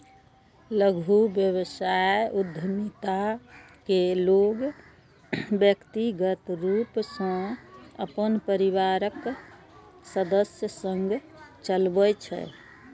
लघु व्यवसाय उद्यमिता कें लोग व्यक्तिगत रूप सं अपन परिवारक सदस्य संग चलबै छै